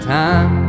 time